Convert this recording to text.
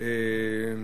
העונשין